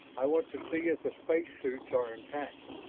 i want to see if the space suits are intact.